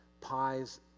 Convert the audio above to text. pies